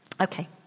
Okay